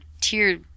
tear